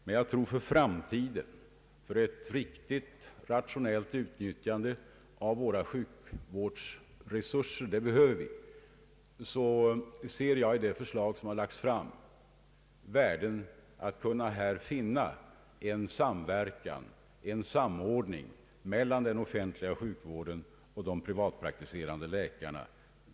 Men för ett riktigt och rationellt utnyttjande av våra sjukvårdsresurser i framtiden — vilket vi behöver —— anser jag det av riksförsäkringsverket framlagda förslaget ha värden genom vilka man kan åstadkomma en samverkan och en samordning mellan den offentliga sjukvården och de privatpraktiserande läkarna.